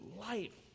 life